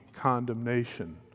condemnation